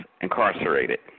incarcerated